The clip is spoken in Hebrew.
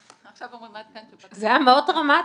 לצורך העניין אנחנו לא מסתירים,